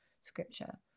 scripture